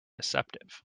deceptive